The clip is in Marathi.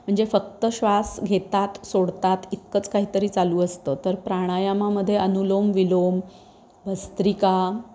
म्हणजे फक्त श्वास घेतात सोडतात इतकंच काहीतरी चालू असतं तर प्राणायामामध्ये अनुलोम विलोम भस्त्रिका